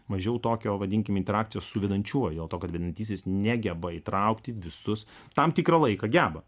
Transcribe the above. mažiau tokio vadinkim interakcijos su vedančiuoju auto kalbinantysis negeba įtraukti visus tam tikrą laiką geba